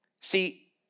See